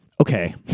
okay